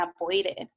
avoided